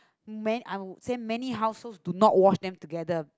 man I will say many house also do not wash them together